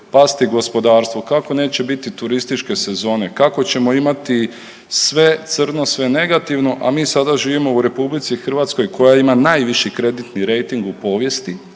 pasti gospodarstvo, kako neće biti turističke sezone, kako ćemo imati sve crno, sve negativno, a mi sada živimo u RH koja ima najviši kreditni rejting u povijesti,